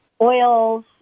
oils